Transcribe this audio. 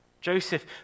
Joseph